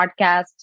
podcast